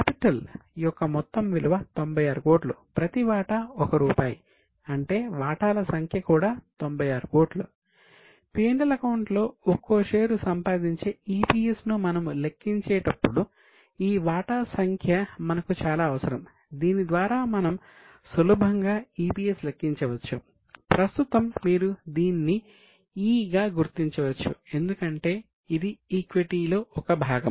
క్యాపిటల్లో ఒక భాగం